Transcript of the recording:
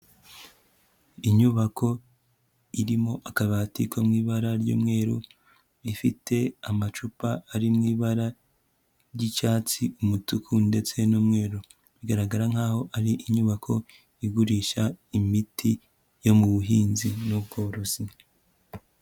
Inyubako irimo akabati ko mu ibara ry'umweru rifite amacupa ari mu ibara ry'icyatsi, umutuku ndetse n'umweru, bigaragara nkaho ari inyubako igurisha imiti yo mu buhinzi n'ubworozi.